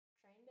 train